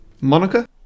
Monica